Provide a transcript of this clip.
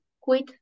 quit